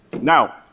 Now